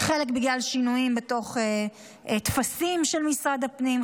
חלק בגלל שינויים בתוך טפסים של משרד הפנים,